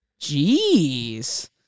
jeez